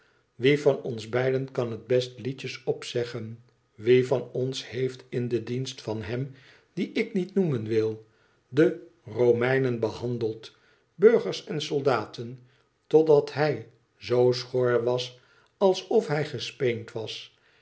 wie van ons beiden kan het best liedjes opzeggen wie van ons heeft in den dienst van hem dien ik niet noemen wil de romei nen behandeld burgers en soldaten totdat hij zoo schor was alsof hij gespeend was